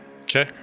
Okay